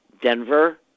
Denver